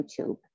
YouTube